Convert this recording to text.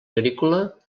agrícola